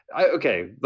Okay